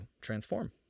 transform